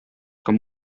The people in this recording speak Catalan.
com